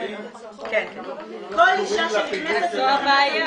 כל אישה שנכנסת לתחנת